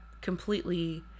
completely